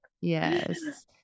Yes